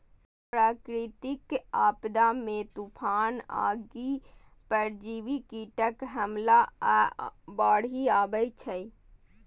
प्राकृतिक आपदा मे तूफान, आगि, परजीवी कीटक हमला आ बाढ़ि अबै छै